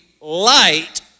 light